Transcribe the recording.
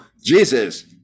Jesus